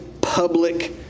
public